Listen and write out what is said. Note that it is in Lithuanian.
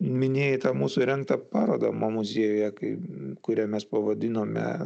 minėjai tą mūsų rengtą paroda mo muziejuje kai kurią mes pavadinome